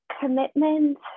commitment